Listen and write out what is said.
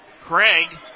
Craig